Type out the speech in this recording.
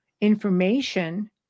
information